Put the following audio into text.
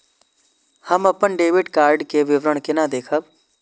हम अपन debit card के विवरण केना देखब?